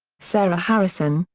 sarah harrison,